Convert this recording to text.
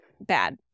bad